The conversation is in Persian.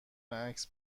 عکس